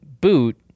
boot